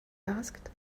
asked